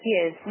Yes